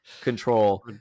control